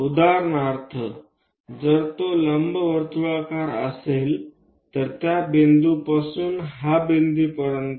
उदाहरणार्थ जर तो लंबवर्तुळाकार असेल तर त्या बिंदूपासून हा बिंदूपर्यंत